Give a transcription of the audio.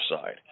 side